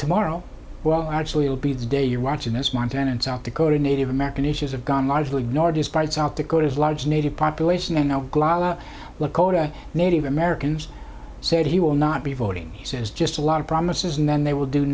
tomorrow well actually will be the day you're watching this montana and south dakota native american issues have gone largely ignored despite south dakota's large native population i know what cota native americans said he will not be voting he says just a lot of promises and then they will do